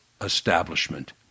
establishment